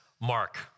Mark